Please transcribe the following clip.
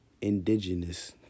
indigenous